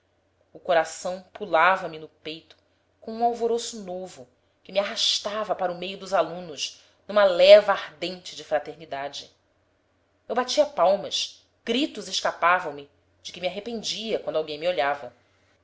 o coração pulava me no peito com um alvoroço novo que me arrastava para o meio dos alunos numa leva ardente de fraternidade eu batia palmas gritos escapavam me de que me arrependia quando alguém me olhava